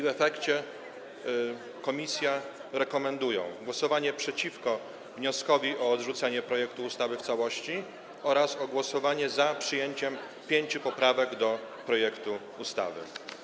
W efekcie komisje rekomendują głosowanie przeciwko wnioskowi o odrzucenie projektu ustawy w całości oraz głosowanie za przyjęciem pięciu poprawek do projektu ustawy.